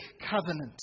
Covenant